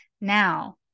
Now